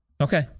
Okay